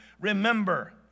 Remember